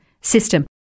system